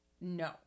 No